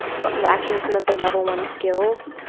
but lacking some of the level one skills.